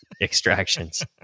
extractions